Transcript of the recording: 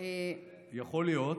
יכול להיות,